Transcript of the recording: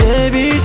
Baby